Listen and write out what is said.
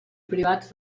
privats